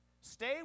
Stay